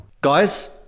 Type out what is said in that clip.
Guys